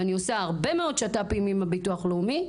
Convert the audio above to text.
ואני עושה הרבה מאוד שת"פים עם הביטוח הלאומי.